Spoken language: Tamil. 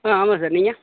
ஆ ஆமாம் சார் நீங்கள்